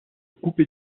coupés